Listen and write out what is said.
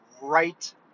right